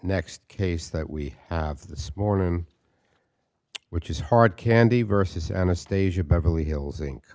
next case that we have this morning which is hard candy versus anastasia beverly hills in